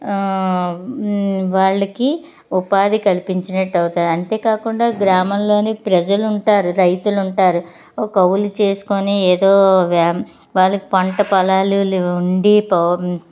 వాళ్ళకి ఉపాధి కల్పించినట్టు అవుతుంది అంతేకాకుండా గ్రామంలోని ప్రజలు ఉంటారు రైతులు ఉంటారు ఒక కౌలు చేసుకోని ఏదో వ్యా వాళ్ళకు పంట పొలాలు ఉండి పొ